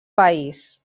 país